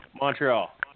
Montreal